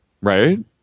Right